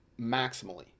maximally